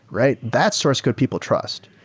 right? that source code people trust.